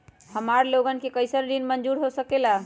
हमार लोगन के कइसन ऋण मंजूर हो सकेला?